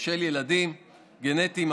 של ילדים גנטיים?